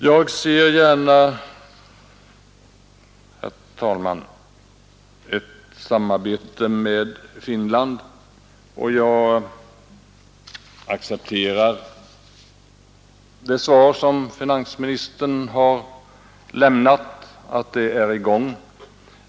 Jag ser gärna, herr talman, att ett samarbete inleds med Finland, och jag accepterar det svar som finansministern lämnat om att ett sådant inletts.